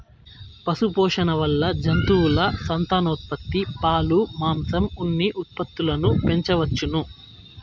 పశుపోషణ వల్ల జంతువుల సంతానోత్పత్తి, పాలు, మాంసం, ఉన్ని ఉత్పత్తులను పెంచవచ్చును